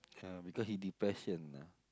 ah because he depression ah